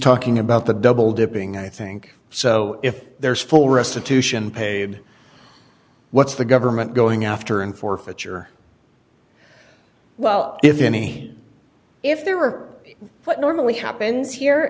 talking about the double dipping i think so if there's full restitution paid what's the government going after and forfeiture well if any if there were what normally happens here